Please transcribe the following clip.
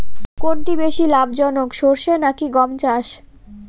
কোনটি বেশি লাভজনক সরষে নাকি গম চাষ?